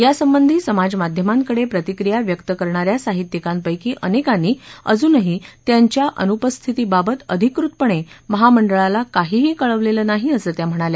यासंबंधी समाजमाध्यमांकडे प्रतिक्रिया व्यक्त करणा या सहित्यिकांपैकी अनेकांनी अजूनही त्यांच्या अनुपस्थितीबाबत अधिकृतपणे महामंडळाला काहीही कळवलेलं नाही असं त्या म्हणाल्या